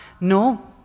no